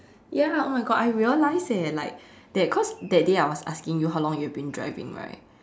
ya oh my God I realized eh like that cause that day I was asking you how long you have been driving right